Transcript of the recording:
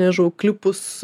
nežinau klipus